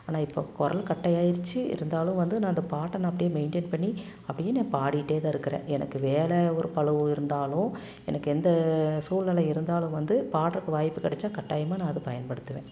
ஆனால் இப்ப குரல் கட்டையாயிருச்சு இருந்தாலும் வந்து நான் அந்த பாட்டை நான் அப்படியே மெயின்டெயின் பண்ணி அப்படியே நான் பாடிகிட்டே தான் இருக்கிறேன் எனக்கு வேலை ஒரு பளுவு இருந்தாலும் எனக்கு எந்த சூழ்நிலை இருந்தாலும் வந்து பாடுறதுக்கு வாய்ப்பு கிடச்சா கட்டயமாக நான் அதை பயன்படுத்துவேன்